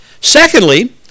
Secondly